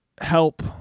help